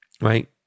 right